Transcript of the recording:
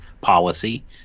policy